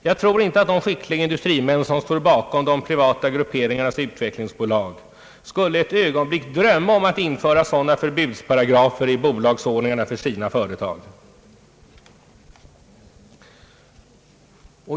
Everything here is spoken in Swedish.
Jag tror inte att de skickliga industrimän som står bakom de privata grupperingarnas utvecklingsbolag skulle ett ögonblick drömma om att införa sådana förbudsparagrafer i bolagsordningarna för sina företag.